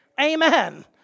Amen